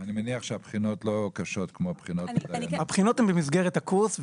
אני מניח שהבחינות לא קשות כמו הבחינות --- הבחינות הן במסגרת הקורס,